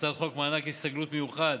הצעת חוק מענק הסתגלות מיוחד